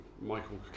Michael